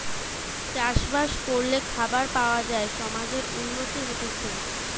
চাষ বাস করলে খাবার পাওয়া যায় সমাজের উন্নতি হতিছে